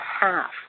half